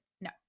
no